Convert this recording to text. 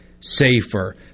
safer